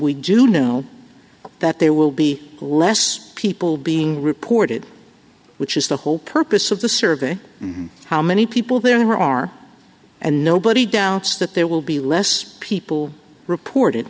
we do know that there will be less people being reported which is the whole purpose of the survey how many people there are and nobody doubts that there will be less people report